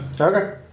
Okay